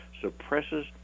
suppresses